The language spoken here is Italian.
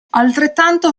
altrettanto